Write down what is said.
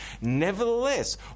Nevertheless